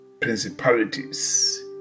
Principalities